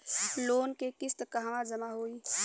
Loan के किस्त कहवा जामा होयी?